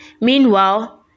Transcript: Meanwhile